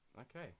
Okay